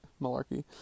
malarkey